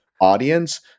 audience